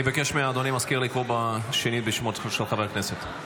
אני מבקש מאדוני המזכיר לקרוא בשנית בשמות חברי הכנסת.